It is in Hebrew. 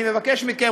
אני מבקש מכם,